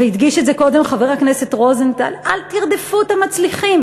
והדגיש את זה קודם חבר הכנסת רוזנטל: אל תרדפו את המצליחים.